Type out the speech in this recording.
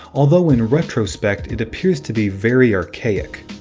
although in retrospect, it appears to be very archaic.